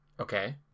Okay